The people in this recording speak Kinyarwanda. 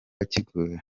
kigoye